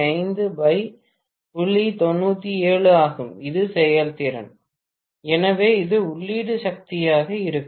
97 ஆகும் இது செயல்திறன் எனவே இது உள்ளீட்டு சக்தியாக இருக்கும்